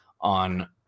on